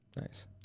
Nice